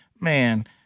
man